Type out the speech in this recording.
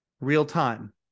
real-time